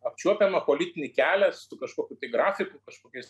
apčiuopiamą politinį kelią su kažkokiu grafiku kažkokiais